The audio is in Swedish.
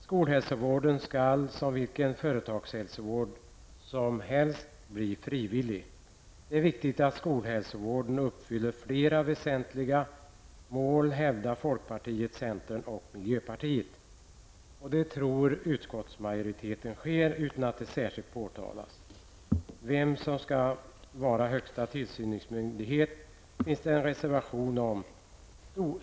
Skolhälsovården skall, som vilken företagshälsovård som helst, bli frivillig. Det är viktigt att skolhälsovården uppfyller flera väsentliga mål, hävdar folkpartiet, centern och miljöpartiet. Utskottsmajoriteten tror att detta sker utan att det särskilt påtalas. Vem som skall vara högsta tillsynsmyndighet finns det en reservation om.